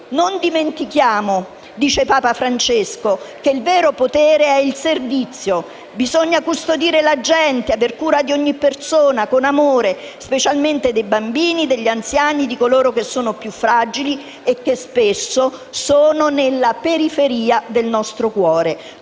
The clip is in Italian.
«non dimentichiamo che il vero potere è il servizio. Bisogna custodire la gente, aver cura di ogni persona, con amore, specialmente dei bambini, degli anziani, di coloro che sono più fragili e che spesso sono nella periferia del nostro cuore».